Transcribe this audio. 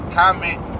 comment